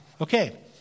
Okay